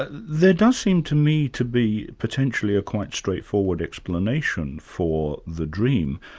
ah there does seem to me to be potentially a quite straightforward explanation for the dream,